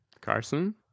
Carson